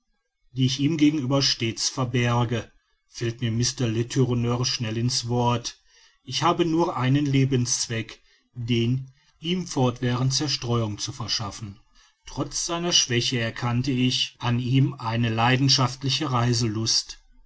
die ich ihm gegenüber stets verberge fällt mir mr letourneur schnell in's wort ich habe nur einen lebenszweck den ihm fortwährend zerstreuung zu verschaffen trotz seiner schwäche erkannte ich an ihm eine leidenschaftliche reiselust